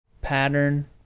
pattern